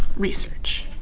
research.